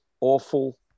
awful